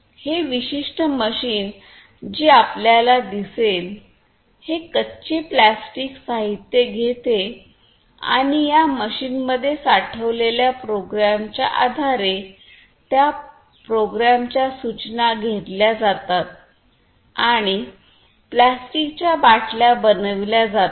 हे विशिष्ट मशीन जे आपल्याला दिसेल हे कच्चे प्लास्टिक साहित्य घेते आणि या मशीनमध्ये साठवलेल्या प्रोग्रामच्या आधारे त्या प्रोग्रामच्या सूचना घेतल्या जातात आणि प्लास्टिकच्या बाटल्या बनविल्या जातात